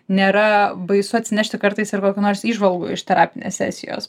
nėra baisu atsinešti kartais ir kokių nors įžvalgų iš terapinės sesijos